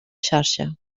xarxa